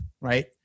right